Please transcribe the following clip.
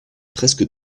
presque